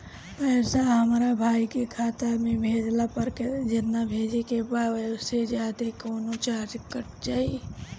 पैसा हमरा भाई के खाता मे भेजला पर जेतना भेजे के बा औसे जादे कौनोचार्ज कट जाई का?